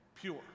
pure